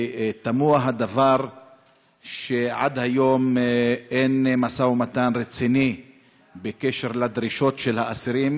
תמוה הדבר שעד היום אין משא ומתן רציני בקשר לדרישות של האסירים.